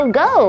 go